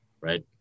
right